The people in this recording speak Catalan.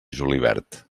julivert